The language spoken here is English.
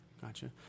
Gotcha